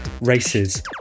races